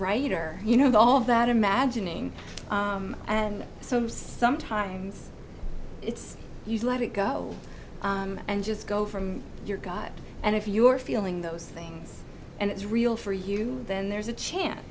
writer you know all that imagining and so sometimes it's you let it go and just go from your god and if you're feeling those things and it's real for you then there's a chance